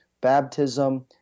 baptism